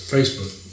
Facebook